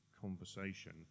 conversation